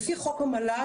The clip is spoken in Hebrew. לפי חוק המל"ג,